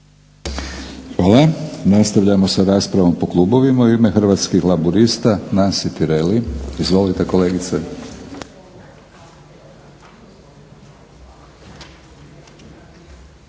Hvala. Nastavljamo sa raspravom po klubovima. U ime Hrvatskih laburista Nansi Tireli. Izvolite kolegice.